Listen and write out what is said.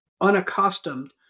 unaccustomed